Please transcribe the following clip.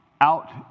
out